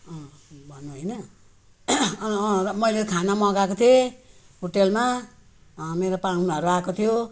भन्नु होइन र मैले खाना मगाएको थिएँ होटेलमा मेरो पाहुनाहरू आएको थियो